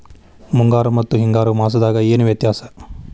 ಮುಂಗಾರು ಮತ್ತ ಹಿಂಗಾರು ಮಾಸದಾಗ ಏನ್ ವ್ಯತ್ಯಾಸ?